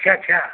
अच्छा अच्छा